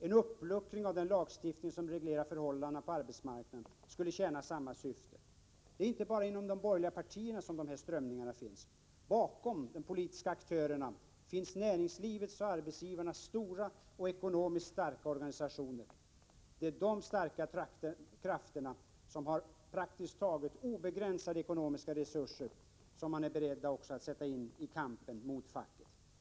En uppluckring av den lagstiftning som reglerar förhållandena på arbetsmarknaden skulle tjäna samma syfte. Det är inte bara inom de borgerliga partierna som dessa strömningar finns. Bakom de politiska aktörerna står näringslivets och arbetsgivarnas stora och ekonomiskt starka organisationer. Det är dessa starka krafter som har praktiskt taget obegränsade ekonomiska resurser som man är beredd att sätta in i kampen mot facket.